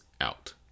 out